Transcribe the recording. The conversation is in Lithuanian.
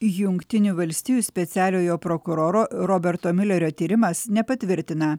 jungtinių valstijų specialiojo prokuroro roberto miulerio tyrimas nepatvirtina